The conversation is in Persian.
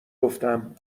گفتم